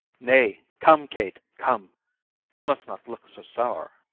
nay, come, kate, come you must not look so sour.